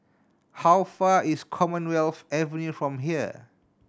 how far is Commonwealth Avenue from here